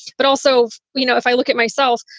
but also, you know, if i look at myself,